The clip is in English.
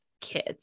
kids